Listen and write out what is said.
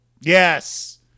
Yes